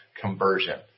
conversion